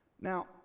Now